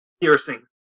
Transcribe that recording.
Piercing